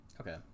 Okay